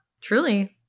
truly